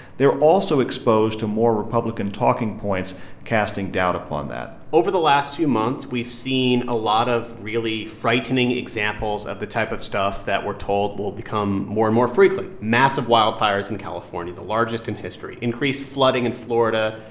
they're also exposed to more republican talking points casting doubt upon that over the last few months we've seen a lot of really frightening examples of the type of stuff that we're told will become more and more frequent massive wildfires in california, the largest in history, increased flooding in florida,